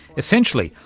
essentially,